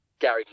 Gary